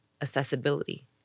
Accessibility